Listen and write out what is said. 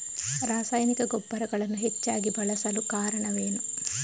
ರಾಸಾಯನಿಕ ಗೊಬ್ಬರಗಳನ್ನು ಹೆಚ್ಚಾಗಿ ಬಳಸಲು ಕಾರಣವೇನು?